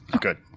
good